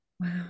Wow